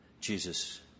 Jesus